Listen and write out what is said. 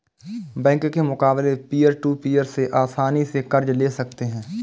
bank के मुकाबले peer to peer से आसनी से कर्ज ले सकते है